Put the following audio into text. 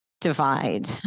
divide